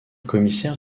commissaire